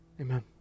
Amen